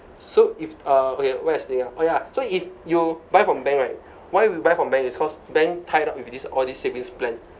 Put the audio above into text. so if uh okay where's the oh ya so if you buy from bank right why we buy from bank is cause bank tied up with these all these savings plan